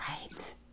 right